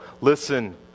Listen